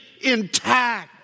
intact